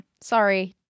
sorry